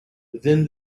then